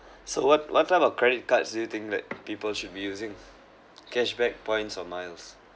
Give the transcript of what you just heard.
so what kind of credit cards do you think that people should be using cash back points or miles